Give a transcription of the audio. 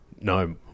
No